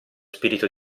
spirito